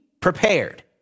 prepared